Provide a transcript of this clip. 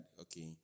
okay